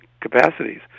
capacities